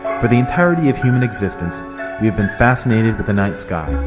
for the entirety of human existence we have been fascinated with the night sky,